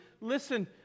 Listen